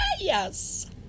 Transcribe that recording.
yes